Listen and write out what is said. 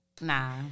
Nah